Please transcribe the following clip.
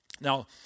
Now